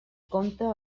compte